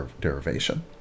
derivation